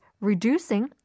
reducing